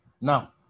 Now